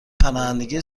پناهندگی